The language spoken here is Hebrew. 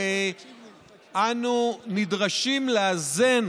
ואנו נדרשים לאזן